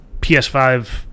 PS5